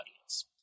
audience